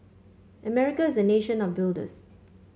America is a nation of builders